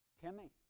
Timmy